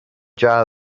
jar